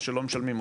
או שלא משלמים,